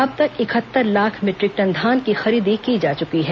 अब तक इकहत्तर लाख मीटरिक टन धान की खरीदी की जा चुकी है